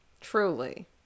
Truly